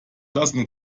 lassen